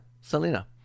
Selena